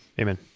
amen